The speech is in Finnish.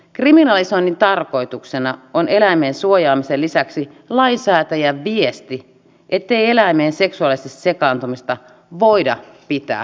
kriminalisoinnin tarkoituksena on eläimien suojaamisen lisäksi lainsäätäjän viesti ettei eläimeen seksuaalisesti sekaantumista voida pitää hyväksyttävänä